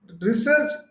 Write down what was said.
research